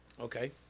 Okay